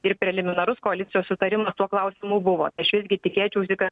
ir preliminarus koalicijos sutarimas tuo klausimu buvo aš visgi tikėčiausi kad